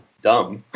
dumb